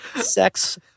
sex